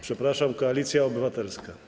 Przepraszam, Koalicja Obywatelska.